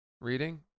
Reading